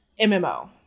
MMO